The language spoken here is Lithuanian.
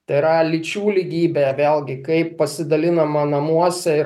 tai yra lyčių lygybė vėlgi kaip pasidalinama namuose ir